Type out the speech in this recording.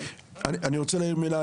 אני רוצה להעיר מילה.